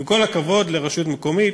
עם כל הכבוד לרשות מקומית,